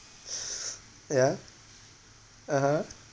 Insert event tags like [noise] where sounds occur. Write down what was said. [noise] yeah (uh huh)